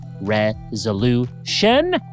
resolution